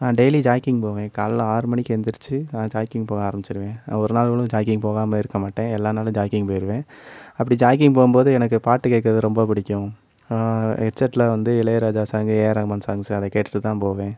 நான் daily jogging போவேன் காலைல ஆறு மணிக்கு எழுந்துருச்சி நான் ஜாக்கிங் போக ஆரம்மிச்சிருவேன் ஒரு நாள் கூட ஜாக்கிங் போவாமல் இருக்க மாட்டேன் எல்லா நாளும் ஜாக்கிங் போயிடுவேன் அப்படி ஜாக்கிங் போகும்போது எனக்கு பாட்டு கேட்கறது ரொம்ப பிடிக்கும் ஹெட் செட்டில் வந்து Ilaiyaraaja song AR Rahman songs அதே கேட்டுட்டு தான் போவேன்